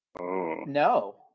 No